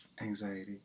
anxiety